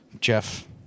Jeff